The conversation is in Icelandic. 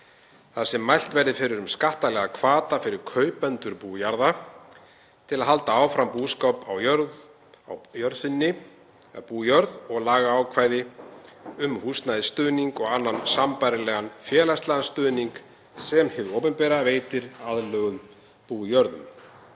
þar sem mælt verði fyrir um skattalega hvata fyrir kaupendur bújarða til að halda áfram búskap á bújörð og lagaákvæði um húsnæðisstuðning og annan sambærilegan félagslegan stuðning sem hið opinbera veitir aðlöguð bújörðum.